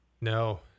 No